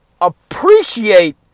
appreciate